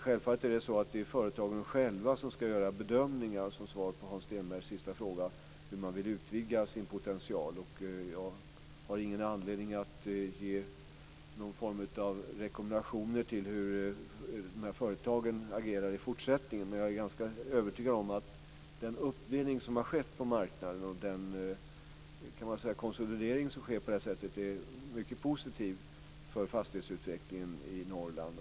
Självfallet är det företagen själva som ska göra bedömningar - som svar på Hans Stenbergs fråga - av hur man vill utvidga sin potential. Jag har ingen anledning att ge någon form av rekommendationer till de här företagen om hur de ska agera i fortsättningen. Men jag är ganska övertygad om att den uppdelning som har skett på marknaden och den konsolidering som sker på det här sättet är mycket positiv för fastighetsutvecklingen i Norrland.